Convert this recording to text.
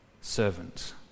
servant